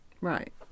Right